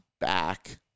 back